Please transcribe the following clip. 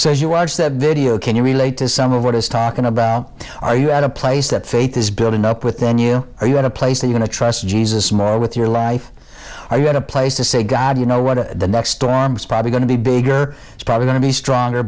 as you watch that video can you relate to some of what he's talking about are you at a place that faith is building up within you are you at a place that going to trust jesus more with your life or you had a place to say god you know what the next storm is probably going to be bigger it's probably going to be stronger